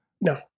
No